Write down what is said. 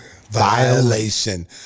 Violation